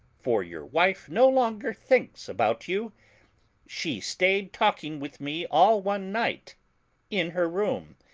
for your wife no longer thinks about you she stayed talking with me all one night in her room,